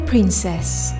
princess